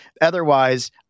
Otherwise